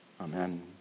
Amen